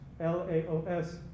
L-A-O-S